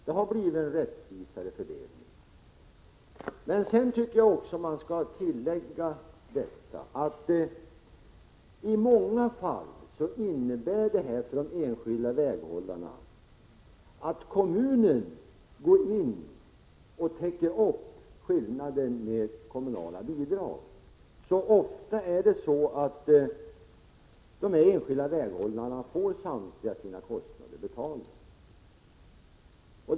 Det har blivit en rättvisare fördelning. Men man bör tillägga att i många fall innebär detta för de enskilda väghållarna att kommunen går in och täcker skillnaden med kommunala bidrag. Ofta får alltså de enskilda väghållarna samtliga sina kostnader betalade.